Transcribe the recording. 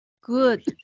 Good